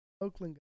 Oakland